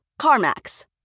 CarMax